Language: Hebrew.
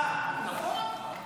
אם לא עולה --- להצבעה.